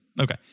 Okay